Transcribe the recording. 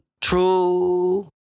True